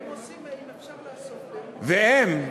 והם,